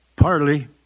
partly